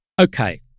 Okay